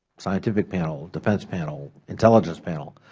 scientific panel, defense panel, intelligence panel.